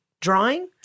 drawing